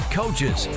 coaches